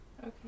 Okay